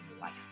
life